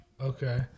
Okay